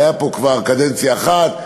היה פה כבר קדנציה אחת,